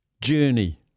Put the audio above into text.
journey